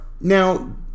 Now